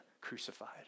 crucified